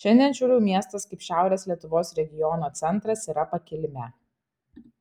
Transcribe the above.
šiandien šiaulių miestas kaip šiaurės lietuvos regiono centras yra pakilime